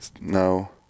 No